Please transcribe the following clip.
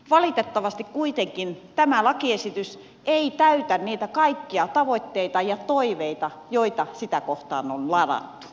valitettavasti kuitenkaan tämä lakiesitys ei täytä niitä kaikkia tavoitteita ja toiveita joita sitä kohtaan on ladattu